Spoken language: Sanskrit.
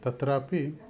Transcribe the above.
तत्रापि